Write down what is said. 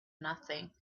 nothing